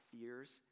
fears